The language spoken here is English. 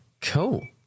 Cool